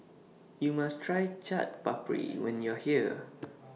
YOU must Try Chaat Papri when YOU Are here